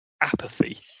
apathy